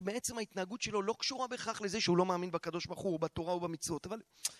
בעצם ההתנהגות שלו לא קשורה בהכרח לזה שהוא לא מאמין בקדוש ברול הוא, בתורה ובמצוות